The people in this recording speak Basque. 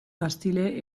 castile